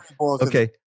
okay